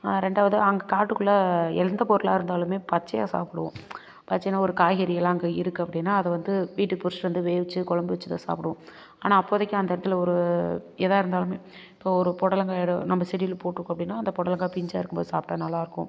ரெண்டாவது அங்கே காட்டுக்குள்ளே எந்த பொருளாக இருந்தாலுமே பச்சையாக சாப்பிடுவோம் பச்சையான ஒரு காய்கறி எல்லாம் அங்கே இருக்கு அப்படின்னா அதை வந்து வீட்டுக்கு பொறிச்சிவிட்டு வந்து வேக வச்சி குழம்பு வச்சி தான் சாப்பிடுவோம் ஆனால் அப்போதைக்கு அந்த இடத்துல ஒரு எதாக இருந்தாலுமே இப்போ ஒரு புடலங்காய் எடு நம்ப செடியில போட்டுருக்கோம் அப்படின்னா அந்த புடலங்காய் பிஞ்சாக இருக்கும்போது சாப்பிட்டா நல்லா இருக்கும்